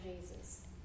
Jesus